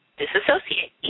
disassociate